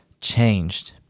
changed